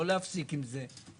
לא להפסיק עם זה.